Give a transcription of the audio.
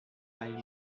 hay